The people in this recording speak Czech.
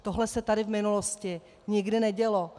Tohle se tady v minulosti nikdy nedělo.